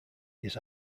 his